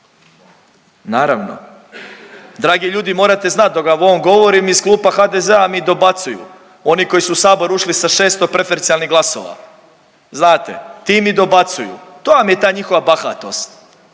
naravno. Dragi ljudi, morate znat dok vam ja ovo govorim iz klupa HDZ-a mi dobacuju, oni koji su u sabor ušli sa 600 prefercijalnih glasova, znate ti mi dobacuju, to vam je ta njihova bahatost